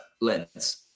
lens